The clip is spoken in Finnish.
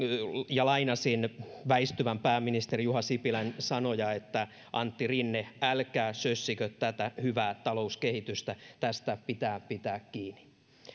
ja lainasin väistyvän pääministeri juha sipilän sanoja antti rinne älkää sössikö tätä hyvää talouskehitystä tästä pitää pitää kiinni